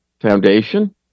foundation